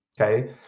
Okay